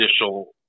initial